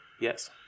Yes